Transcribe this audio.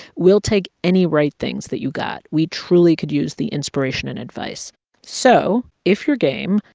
we'll take any right things that you got. we truly could use the inspiration and advice so if you're game,